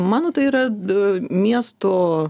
mano tai yra du miesto